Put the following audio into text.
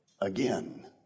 again